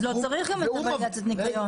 אז לא צריך את ולידציית הניקיון.